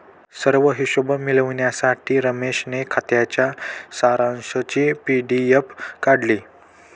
सर्व हिशोब मिळविण्यासाठी रमेशने खात्याच्या सारांशची पी.डी.एफ काढली